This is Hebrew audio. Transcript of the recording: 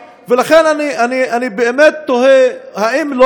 בגבולות 67'. ולכן אני באמת תוהה: האם לא